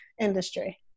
industry